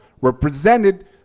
represented